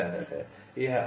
यह L प्रकार channel है